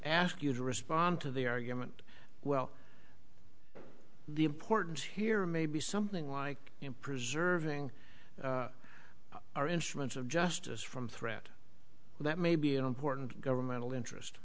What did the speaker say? ask you to respond to the argument well the importance here may be something like preserving our instruments of justice from threat that may be an important governmental interest